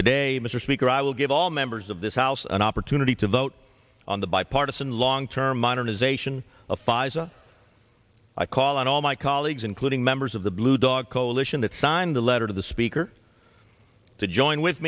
will give all members of this house an opportunity to vote on the bipartisan long term modernization of pfizer i call on all my colleagues including members of the blue dog coalition that signed the letter to the speaker to join with